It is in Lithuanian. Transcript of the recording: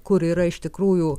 kur yra iš tikrųjų